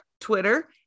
Twitter